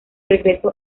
regreso